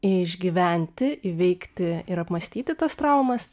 išgyventi įveikti ir apmąstyti tas traumas